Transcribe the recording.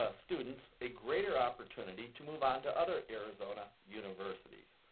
ah students a greater opportunity to move on to other arizona universities.